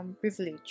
privilege